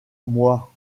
moi